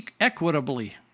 equitably